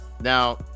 Now